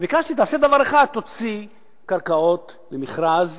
ביקשתי: תעשה דבר אחד, תוציא קרקעות למכרז